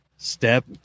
Step